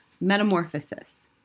Metamorphosis